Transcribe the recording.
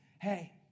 hey